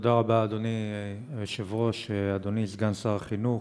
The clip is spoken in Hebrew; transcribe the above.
אדוני היושב-ראש, תודה רבה, אדוני סגן שר החינוך,